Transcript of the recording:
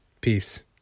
Peace